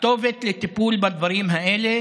הכתובת לטיפול בדברים האלה